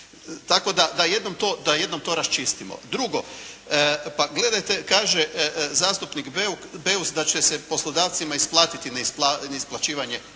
tako da jednom to raščistimo. Drugo, pa gledajte kaže zastupnik Beus da će se poslodavcima isplatiti neisplaćivanje